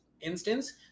instance